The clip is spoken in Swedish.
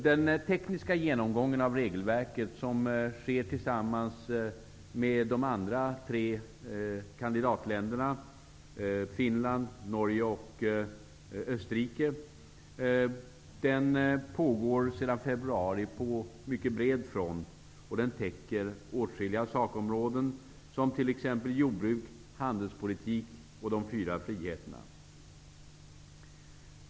Den tekniska genomgången av regelverket, som sker tillsammans med de andra tre kandidatländerna: Finland, Norge och Österrike, pågår sedan februari på mycket bred front. Den täcker åtskilliga sakområden, t.ex. jordbruk, handelspolitik och de fyra friheterna.